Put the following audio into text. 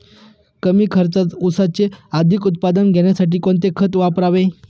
कमी खर्चात ऊसाचे अधिक उत्पादन घेण्यासाठी कोणते खत वापरावे?